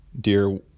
dear